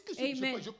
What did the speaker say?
Amen